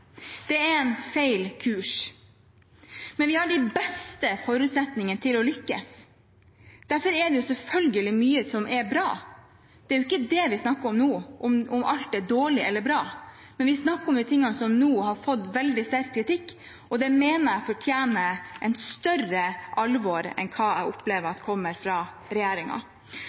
Det er feil kurs. Men vi har de beste forutsetningene for å lykkes. Derfor er det selvfølgelig mye som er bra, det er jo ikke det vi snakker om nå – om alt er dårlig eller bra. Vi snakker om de tingene som nå har fått veldig sterk kritikk, og det mener jeg fortjener et større alvor enn hva jeg opplever kommer fra